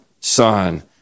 son